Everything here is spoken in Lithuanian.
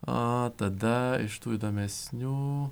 a tada iš tų įdomesnių